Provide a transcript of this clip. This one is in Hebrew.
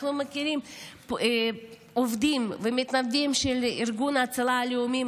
אנחנו מכירים עובדים ומתנדבים של ארגון ההצלה הלאומי,